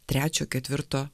trečio ketvirto